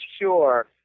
sure